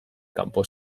kanpo